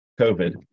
COVID